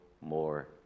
more